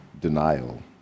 denial